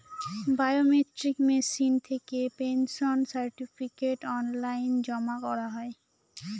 biometric machine থেকে pension certificate online জমা করা হয়